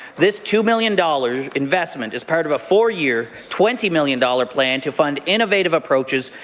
this two million dollars investment is part of a four-year twenty million dollars plan to fund innovative approaches,